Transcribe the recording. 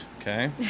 Okay